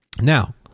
Now